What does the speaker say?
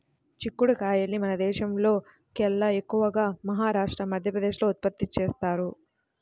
చిక్కుడు కాయల్ని మన దేశంలోకెల్లా ఎక్కువగా మహారాష్ట్ర, మధ్యప్రదేశ్ లో ఉత్పత్తి చేత్తారు